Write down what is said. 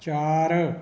ਚਾਰ